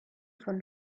von